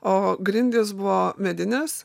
o grindys buvo medinės